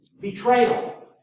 betrayal